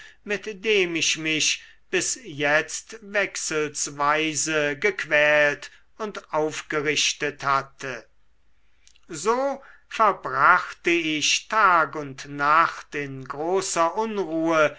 mit dem ich mich bis jetzt wechselsweise gequält und aufgerichtet hatte so verbrachte ich tag und nacht in großer unruhe